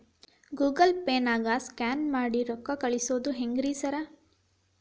Google ಪೇನಾಗ scan ಮಾಡಿ ರೊಕ್ಕಾ ಕಳ್ಸೊದು ಹೆಂಗ್ರಿ ಸಾರ್?